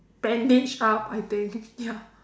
bandaged up I think ya